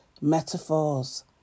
metaphors